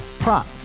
Prop